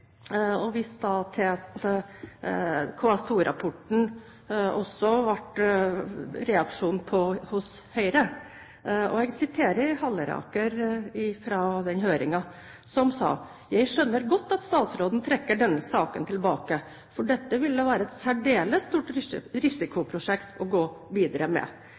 til, at det også hos Høyre ble en reaksjon på KS2-rapporten. I den høringen sa Halleraker at han skjønte godt at statsråden trakk denne saken tilbake, for dette ville være et særdeles stort risikoprosjekt å gå videre med.